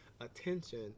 attention